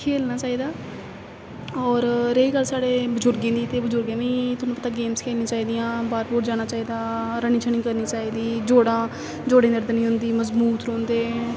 खेलना चाहिदा होर रेही गल्ल साढ़े बजुर्गें दी ते बजुर्गें बी थोहानू पता गेम्स खेलनी चाहिदियां बाह्र बूह्र जाना चाहिदा रनिंग शनिंग करनी चाहिदी जोड़ां जोड़ें गी दर्द निं होंदी मजबूत रौंह्दे